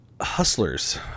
Hustlers